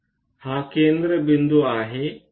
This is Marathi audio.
तर हा केंद्रबिंदू आहे